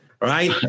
Right